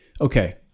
okay